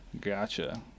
gotcha